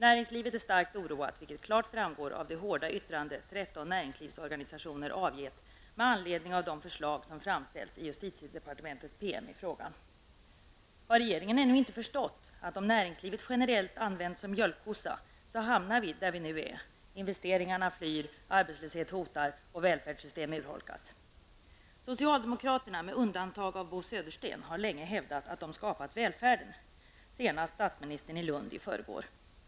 Näringslivet är starkt oroat, vilket klart framgår av det hårda yttrande 13 näringslivsorganisationer avgett med anledning av de förslag som framställts i justitiedepartementets promemoria i frågan. Har regeringen ännu inte förstått, att om näringslivet generellt används som mjölkkossa, hamnar vi där vi nu är: investeringarna minskar i antal, arbetslösheten hotar och välfärdsssystemet urholkas. Södersten, har länge hävdat att de skapat välfärden. Senast sade statsministern det i Lund i förrgår.